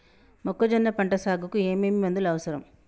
మొక్కజొన్న పంట సాగుకు ఏమేమి మందులు అవసరం?